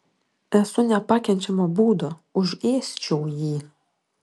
esu nepakenčiamo būdo užėsčiau jį